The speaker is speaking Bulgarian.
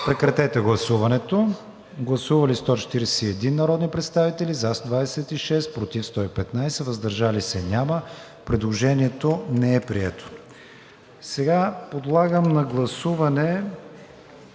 режим на гласуване. Гласували 140 народни представители: за 22, против 109, въздържали се 9. Предложението не е прието. Сега подлагам на гласуване